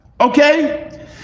okay